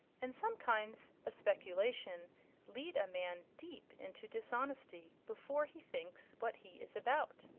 and some kinds of speculation lead a man deep into dishonesty before he thinks what he is about.